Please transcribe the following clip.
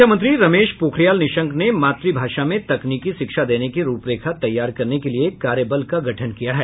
शिक्षा मंत्री रमेश पोखरियाल निशंक ने मातृ भाषा में तकनीकी शिक्षा देने की रूपरेखा तैयार करने के लिए कार्यबल का गठन किया है